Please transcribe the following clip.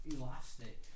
elastic